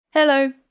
Hello